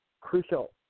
Crucial